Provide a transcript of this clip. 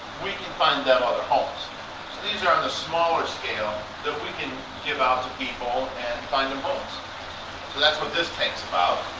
we can find them other homes. so these are on the smaller scale that we can give out to people and find them homes. so that's what this tanks about.